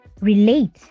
relate